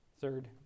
Third